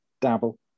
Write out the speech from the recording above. Dabble